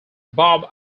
bob